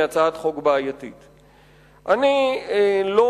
היא הצעת חוק בעייתית.